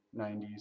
90s